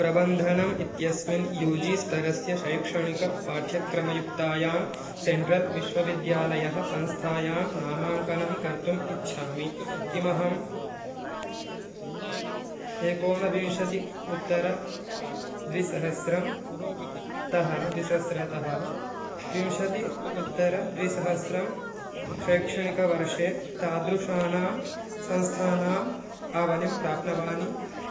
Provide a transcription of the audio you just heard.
प्रबन्धनम् इत्यस्मिन् U G स्तरस्य शैक्षणिकपाठ्यक्रमयुक्तायां सेण्ट्रल् विश्वविद्यालयः संस्थायां नामाङ्कनं कर्तुम् इच्छामि किमहं एकोनविंशति उत्तरद्विसहस्रतः द्विसहस्रतः विंशति उत्तरद्विसहस्रं शैक्षणिकवर्षे तादृशानां संस्थानाम् आवलिं प्राप्नवानि